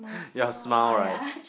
your smile right